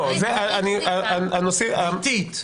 ביתית.